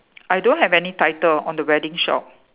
I don't have any title on the wedding shop